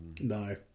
No